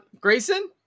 Grayson